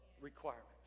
requirements